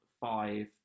five